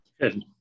Good